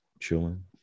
chilling